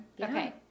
okay